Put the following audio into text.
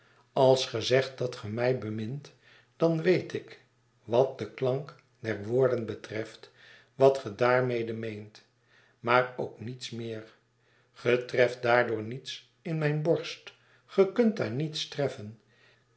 als ge zegt dat ge mij bemint dan weet ik wat den klank der woorden betreft wat ge daarmee meent maar ook niets meer ge treft daardoor niets in mijne borst ge kunt daar niets treffen